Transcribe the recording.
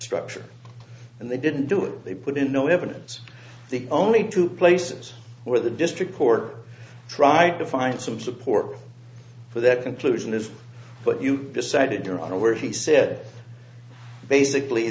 structure and they didn't do it they put in no evidence the only two places where the district court tried to find some support for that conclusion is but you decided your honor where he said basically